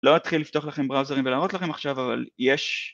לא אתחיל לפתוח לכם בראוזרים, והלראות לכם עכשיו אבל יש...